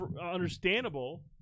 understandable